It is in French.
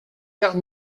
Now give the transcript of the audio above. car